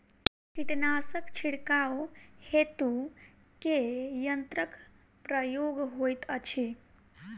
कीटनासक छिड़काव हेतु केँ यंत्रक प्रयोग होइत अछि?